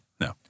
No